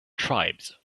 tribes